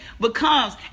becomes